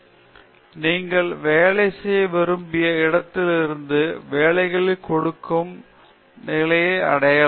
பேராசிரியர் பிரதாப் ஹரிதாஸ் நீங்கள் வேலை செய்ய விரும்பிய இடத்தில் இருந்து வேலைகளை கொடுக்கும் நிலையை அடையலாம்